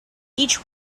each